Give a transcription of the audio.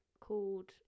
called